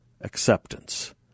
acceptance